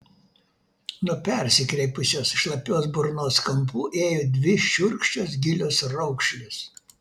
nuo persikreipusios šlapios burnos kampų ėjo dvi šiurkščios gilios raukšlės